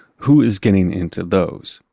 who is getting into those?